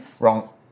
Wrong